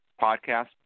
podcast